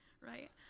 right